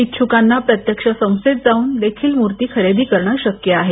इच्छुकांना प्रत्यक्ष संस्थेत जाऊन देखील मूर्ती खरेदी करणं शक्य आहे